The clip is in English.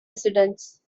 residence